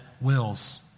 wills